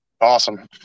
Awesome